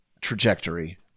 trajectory